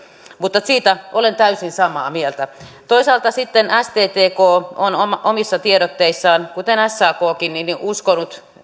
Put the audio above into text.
mutta siitä olen täysin samaa mieltä toisaalta sitten sttk on omissa tiedotteissaan kuten sakkin uskonut